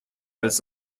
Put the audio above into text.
als